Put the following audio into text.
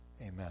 amen